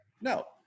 No